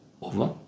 Over